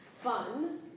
fun